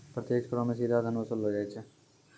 प्रत्यक्ष करो मे सीधा धन वसूललो जाय छै